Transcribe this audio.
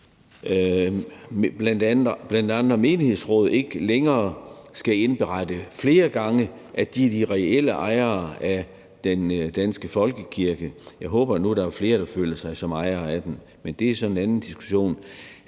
at bl.a. menighedsråd ikke længere skal indberette flere gange, at de er de reelle ejere af den danske folkekirke. Jeg håber nu, at der er flere, der føler sig som ejere af den, men det er så en anden diskussion.